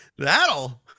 That'll